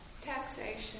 Taxation